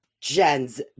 Jen's